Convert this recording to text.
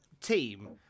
team